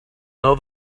know